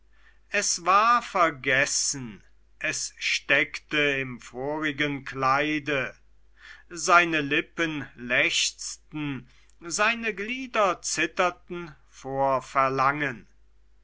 es war vergessen es steckte im vorigen kleide seine lippen lechzten seine glieder zitterten vor verlangen